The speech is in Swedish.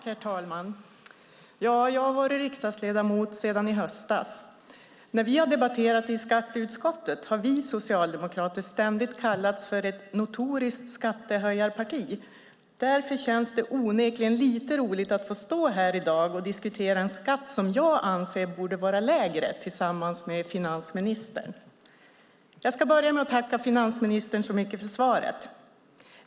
Herr talman! Jag har varit riksdagsledamot sedan i höstas. När vi har debatterat i skatteutskottet har vi socialdemokrater ständigt kallats för ett notoriskt skattehöjarparti. Därför känns det onekligen lite roligt att få stå här i dag och diskutera en skatt som jag anser borde vara lägre tillsammans med finansministern. Jag ska börja med att tacka finansministern så mycket för svaret.